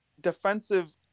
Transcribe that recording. defensive